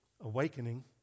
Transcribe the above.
awakening